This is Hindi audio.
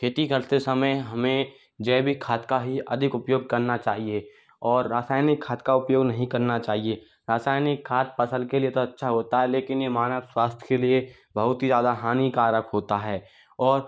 खेती करते समय हमें जैविक खाद का ही अधिक उपयोग करना चाहिए और रासायनिक खाद का उपयोग नहीं करना चाहिए रासायनिक खाद फसल के लिए तो अच्छा होता है लेकिन यह मानव स्वास्थ्य के लिए बहुत ही ज़्यादा हानिकारक होता है और